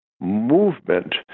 movement